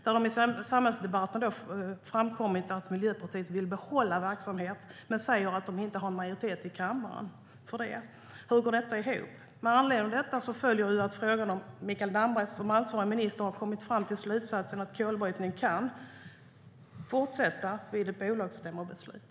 Det har i samhällsdebatten framkommit att Miljöpartiet vill behålla verksamhet men säger att de inte har majoritet i kammaren för det. Hur går detta ihop? Med anledning av detta följer frågan om Mikael Damberg som ansvarig minister har kommit fram till slutsatsen att kolbrytning kan fortsätta vid ett sådant bolagsstämmobeslut.